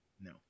no